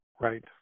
Right